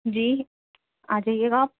جی آ جائیے گا آپ